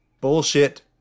bullshit